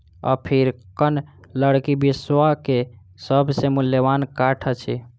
African लकड़ी विश्व के सभ से मूल्यवान काठ अछि